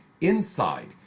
INSIDE